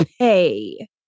pay